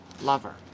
lover